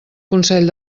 consell